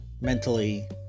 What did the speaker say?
mentally